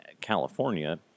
California